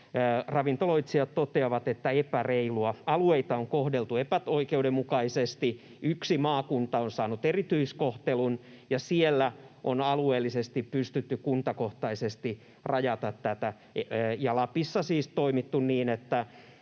ravintoloitsijat toteavat, että epäreilua, alueita on kohdeltu epäoikeudenmukaisesti. Yksi maakunta on saanut erityiskohtelun, ja siellä on alueellisesti pystytty kuntakohtaisesti rajaamaan tätä. Lapissa siis on toimittu niin, että